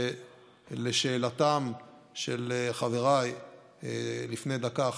ולשאלתם של חבריי לפני דקה אחת,